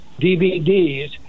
DVDs